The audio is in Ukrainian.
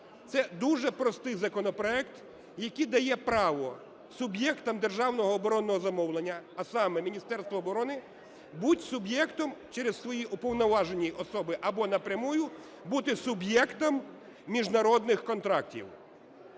Це дуже простий законопроект, який дає право суб'єктам державного оборонного замовлення, а саме Міністерству оборони, бути суб'єктом через свої уповноважені особи або напряму, бути суб'єктом міжнародних контрактів.